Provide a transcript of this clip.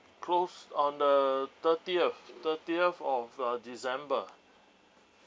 closed on the thirtieth thirtieth of uh december